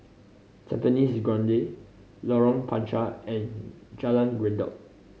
Tampines Grande Lorong Panchar and Jalan Redop